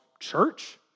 Church